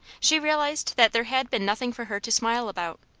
she realized that there had been nothing for her to smile about.